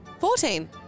Fourteen